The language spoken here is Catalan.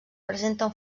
presenten